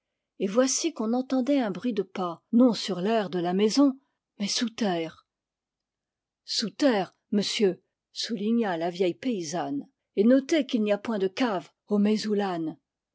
et voici qu'on entendait un bruit de pas non sur l'aire de la maison mais sous terre sous terre monsieur souligna la vieille paysanne et notez qu'il n'y a point de caves